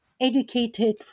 educated